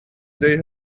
they